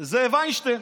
זה וינשטיין.